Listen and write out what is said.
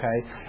Okay